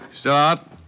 Stop